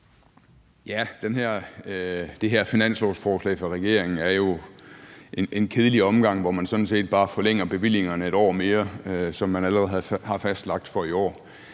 Det her finanslovsforslag fra regeringen er jo en kedelig omgang, hvor man sådan set bare forlænger bevillingerne, som man allerede har fastlagt for i år,